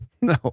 No